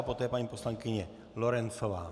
Poté paní poslankyně Lorencová.